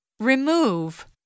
Remove